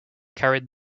carried